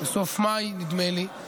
בסוף מאי, נדמה לי,